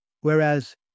whereas